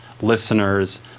listeners